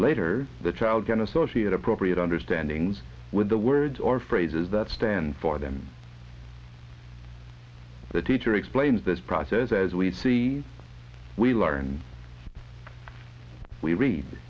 later the child can associate appropriate understanding with the words or phrases that stand for them the teacher explains this process as we see we learn we read